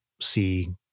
see